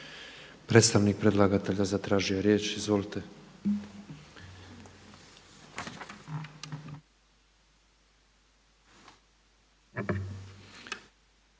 Predstavnik predlagatelja zatražio je riječ. Izvolite.